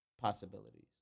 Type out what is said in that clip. possibilities